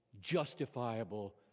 justifiable